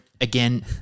again